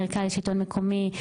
מרכז השלטון המקומי,